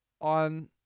on